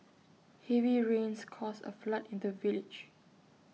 heavy rains caused A flood in the village